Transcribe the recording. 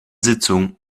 sitzung